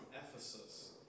Ephesus